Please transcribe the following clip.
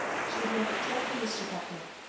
she would make dreadful mischief up here.